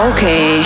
Okay